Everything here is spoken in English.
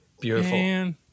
Beautiful